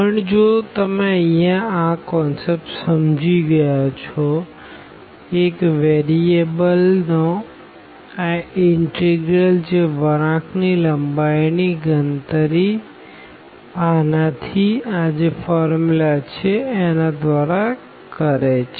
પણ જો તમે અહિયાં આ કોન્સેપ્ટ સમજી ગયા છો એક વેરીએબલ નો આ ઇનટેગ્રલ જે વળાંક ની લંબાઈ ની ગણતરી આના થી ab1fx2dx કરે છે